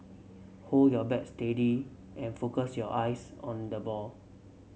hold your bat steady and focus your eyes on the ball